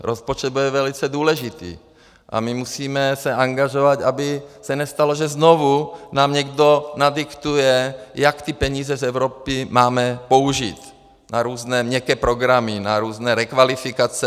Rozpočet bude velice důležitý a my se musíme angažovat, aby se nestalo, že nám znovu někdo nadiktuje, jak ty peníze z Evropy máme použít na různé měkké programy, na různé rekvalifikace.